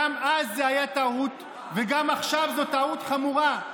גם אז זה היה טעות וגם עכשיו זו טעות חמורה.